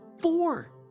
Four